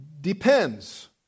Depends